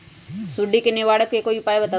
सुडी से निवारक कोई उपाय बताऊँ?